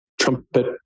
trumpet